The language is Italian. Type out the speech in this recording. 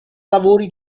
lavori